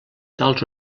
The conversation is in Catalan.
tals